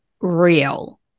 real